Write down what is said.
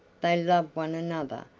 they love one another,